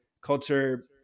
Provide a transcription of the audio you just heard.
culture